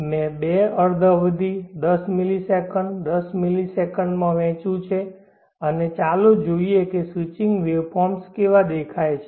મેં બે અર્ધ અવધિ દસ મિલિસેકન્ડ દસ મિલિસેકંડમાં વહેંચ્યું છે અને ચાલો જોઈએ કે સ્વિચિંગ વેવફોર્મ્સ કેવા દેખાય છે